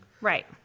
Right